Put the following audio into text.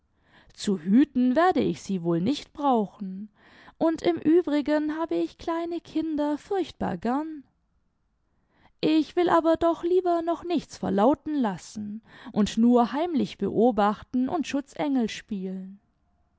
zu hüten werde ich sie wohl nicht brauchen und im übrigen habe ich kleine kinder furchtbar gem ich will aber doch lieber noch nichts verlauten lassen imd nur heimlich beobachten und schutzengel spielen